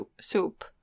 soup